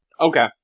Okay